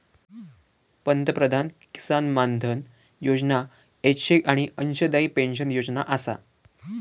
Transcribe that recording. पंतप्रधान किसान मानधन योजना ऐच्छिक आणि अंशदायी पेन्शन योजना आसा